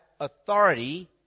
authority